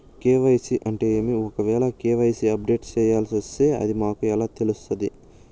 KYC అంటే ఏమి? ఒకవేల కె.వై.సి అప్డేట్ చేయాల్సొస్తే అది మాకు ఎలా తెలుస్తాది?